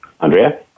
Andrea